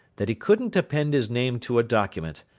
that he couldn't append his name to a document,